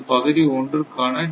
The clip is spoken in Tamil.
இது பகுதி 1 க்கான